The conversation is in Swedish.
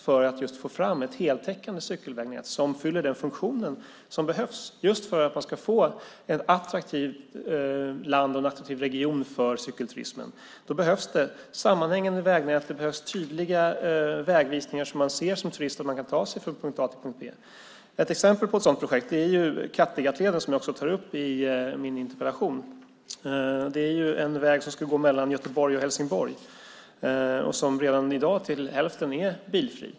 För att få fram ett heltäckande cykelvägnät som fyller den funktion som behövs för att få ett attraktivt land och en attraktiv region för cykelturismen behövs det sammanhängande vägnät och en tydlig vägvisning så att man som turist ser att man kan ta sig från punkt A till punkt B. Ett exempel på ett sådant projekt är Kattegattleden, som jag nämner i min interpellation - en väg mellan Göteborg och Helsingborg som redan i dag till hälften är bilfri.